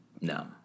No